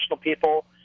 people